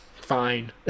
Fine